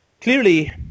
Clearly